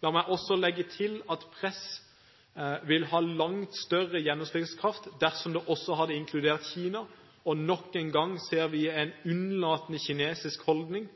Det er også en erkjennelse av at Norge kan bidra i de fora vi er til stede. La meg også legge til at press ville hatt langt større gjennomslagskraft dersom det også hadde inkludert Kina. Men nok